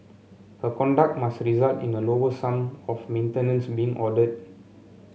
her conduct must result in a lower sum of maintenance being ordered